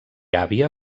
àvia